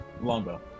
Longbow